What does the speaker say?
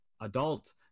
adult